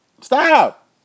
Stop